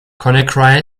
conakry